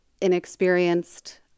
inexperienced